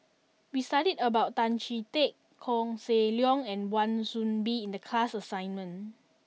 we studied about Tan Chee Teck Koh Seng Leong and Wan Soon Bee in the class assignment